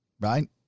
right